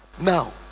Now